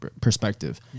perspective